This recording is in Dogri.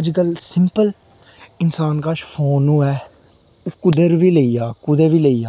अज्जकल सिंपल इंसान कश फोन होऐ कुद्धर बी लेई जा कुदै बी लेई जा